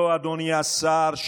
אדוני השר,